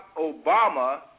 Obama